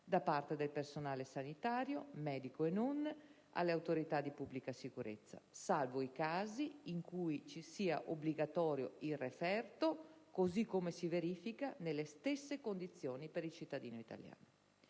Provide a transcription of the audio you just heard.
da parte del personale sanitario, medico e non, alle autorità di pubblica sicurezza, salvi i casi per cui sia obbligatorio il referto, così come si verifica nelle stesse condizioni per il cittadino italiano.